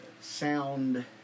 sound